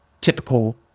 typical